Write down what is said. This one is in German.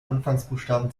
anfangsbuchstaben